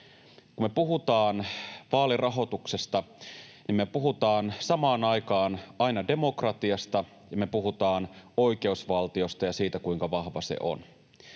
kun me puhutaan vaalirahoituksesta, niin me puhutaan samaan aikaan aina demokratiasta ja me puhutaan oikeusvaltiosta ja siitä, kuinka vahva se on.